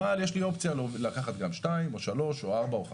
אבל יש לי אופציה לקחת גם שניים או שלושה או ארבעה או חמישה,